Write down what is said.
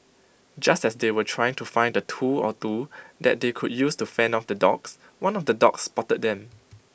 just as they were trying to find A tool or two that they could use to fend off the dogs one of the dogs spotted them